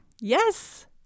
Yes